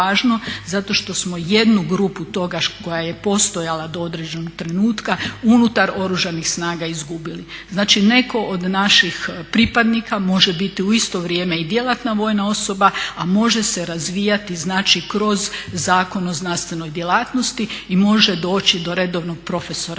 zato što smo jednu grupu koja je postojala do određenog trenutka unutar oružanih snaga izgubili. Znači netko od naših pripadnika može biti u isto vrijeme i djelatna vojna osoba, a može se razvijati kroz Zakon o znanstvenoj djelatnosti i može doći do redovnog profesora.